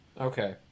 Okay